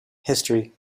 history